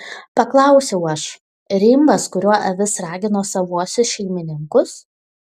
paklausiau aš rimbas kuriuo avis ragino savuosius šeimininkus